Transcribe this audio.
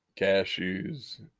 cashews